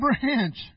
branch